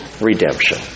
redemption